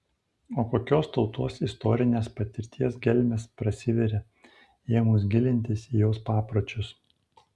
o kokios tautos istorinės patirties gelmės prasiveria ėmus gilintis į jos papročius